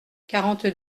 quarante